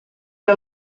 què